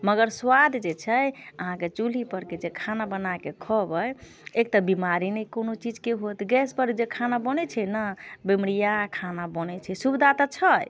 मगर स्वाद जे छै अहाँके चूल्हीपर के जे खाना बना कऽ खयबै एक तऽ बीमारी नहि कोनो चीजके होत गैसपर जे खाना बनैत छै ने बीमरियाह खाना बनैत छै सुविधा तऽ छै